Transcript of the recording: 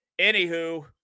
Anywho